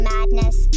Madness